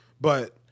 But-